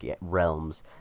realms